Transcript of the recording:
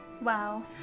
Wow